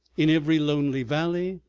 in every lonely valley,